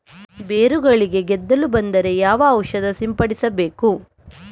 ಬೇರುಗಳಿಗೆ ಗೆದ್ದಲು ಬಂದರೆ ಯಾವ ಔಷಧ ಸಿಂಪಡಿಸಬೇಕು?